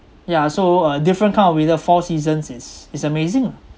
yeah so uh different kind of with the four seasons it's it's amazing lah